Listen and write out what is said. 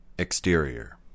Exterior